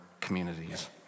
communities